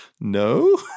No